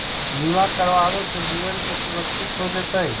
बीमा करावे से जीवन के सुरक्षित हो जतई?